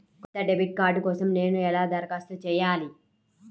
కొత్త debit card కోసం నేను ఎలా దరఖాస్తు చేయాలి?